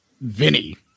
Vinny